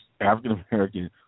African-American